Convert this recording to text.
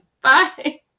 Bye